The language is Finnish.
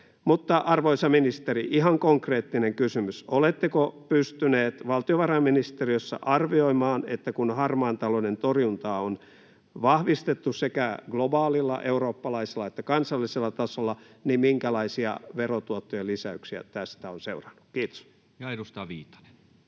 Arvoisa ministeri, ihan konkreettinen kysymys: oletteko pystyneet valtiovarainministeriössä arvioimaan, että kun harmaan talouden torjuntaa on vahvistettu sekä globaalilla ja eurooppalaisella että kansallisella tasolla, minkälaisia verotuottojen lisäyksiä tästä on seurannut? — Kiitos. [Speech